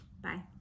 Bye